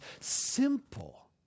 simple